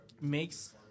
makes